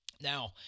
Now